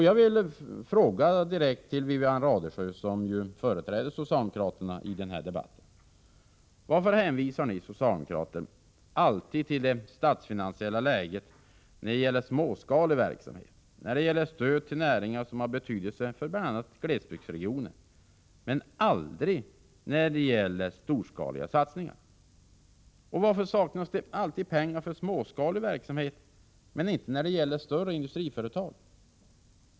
Jag vill fråga Wivi-Anne Radesjö, som företräder socialdemokraterna i den här debatten: Varför hänvisar ni socialdemokrater alltid till det statsfinansiella läget när det gäller småskalig verksamhet, när det gäller stöd till näringar som har betydelse för bl.a. glesbygdsregionen, men aldrig när det gäller storskaliga satsningar? Varför saknas det alltid pengar för småskalig verksamhet men inte när det gäller större industriföretag?